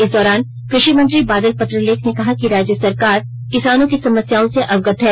इस दौरान कृषि मंत्री बादल पत्रलेख ने कहा कि राज्य सरकार किसानों की समस्याओं से अवगत है